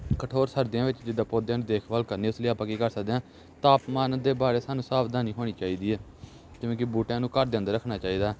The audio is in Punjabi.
ਕਠੋਰ ਸਰਦੀਆਂ ਵਿੱਚ ਜਿੱਦਾਂ ਪੌਦਿਆਂ ਨੂੰ ਦੇਖਭਾਲ ਕਰਨੀ ਉਸ ਲਈ ਆਪਾਂ ਕੀ ਕਰ ਸਕਦੇ ਹਾਂ ਤਾਪਮਾਨ ਦੇ ਬਾਰੇ ਸਾਨੂੰ ਸਾਵਧਾਨੀ ਹੋਣੀ ਚਾਹੀਦੀ ਹੈ ਜਿਵੇਂ ਕਿ ਬੂਟਿਆਂ ਨੂੰ ਘਰ ਦੇ ਅੰਦਰ ਰੱਖਣਾ ਚਾਹੀਦਾ